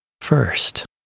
First